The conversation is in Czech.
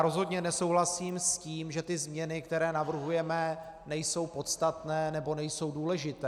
Rozhodně nesouhlasím s tím, že změny, které navrhujeme, nejsou podstatné nebo nejsou důležité.